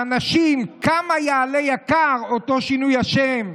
האנשים, כמה יעלה יקר אותו שינוי שם,